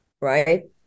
right